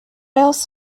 else